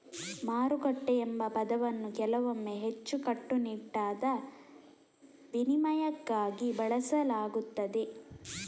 ಮಾರುಕಟ್ಟೆ ಎಂಬ ಪದವನ್ನು ಕೆಲವೊಮ್ಮೆ ಹೆಚ್ಚು ಕಟ್ಟುನಿಟ್ಟಾದ ವಿನಿಮಯಕ್ಕಾಗಿ ಬಳಸಲಾಗುತ್ತದೆ